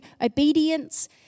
obedience